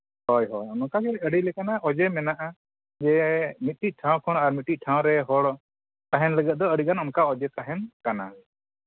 ᱦᱳᱭ ᱦᱳᱭ ᱱᱚᱝᱠᱟᱱᱟᱜ ᱟᱹᱰᱤ ᱞᱮᱠᱟᱱᱟᱜ ᱚᱡᱮ ᱢᱮᱱᱟᱜᱼᱟ ᱜᱮ ᱢᱤᱫᱴᱮᱱ ᱴᱷᱟᱶ ᱠᱷᱚᱱ ᱟᱨ ᱢᱤᱫᱴᱮᱱ ᱴᱷᱟᱶ ᱨᱮ ᱦᱚᱲ ᱛᱟᱦᱮᱱ ᱞᱟᱹᱜᱤᱫ ᱫᱚ ᱚᱱᱠᱟ ᱚᱡᱮ ᱛᱟᱦᱮᱱ ᱠᱟᱱᱟ